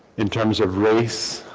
in terms of race